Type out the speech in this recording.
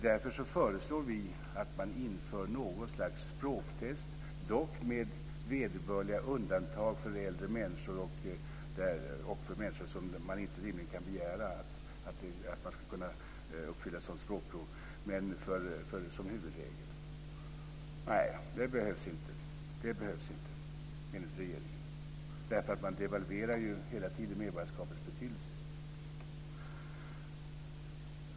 Därför föreslår vi att man inför något slags språktest, dock med vederbörliga undantag för äldre människor och människor av vilka man rimligen inte kan begära att de ska uppfylla sådana språkkrav, men vi föreslår det som huvudregel. Nej, det behövs inte enligt regeringen därför att man hela tiden devalverar medborgarskapets betydelse.